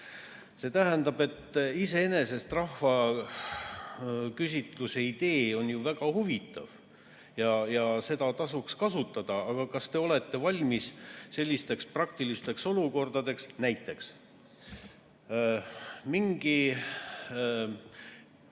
See tähendab, et iseenesest rahvaküsitluse idee on ju väga huvitav ja seda tasuks kasutada. Aga kas te olete valmis praktilisteks olukordadeks? Näiteks mingi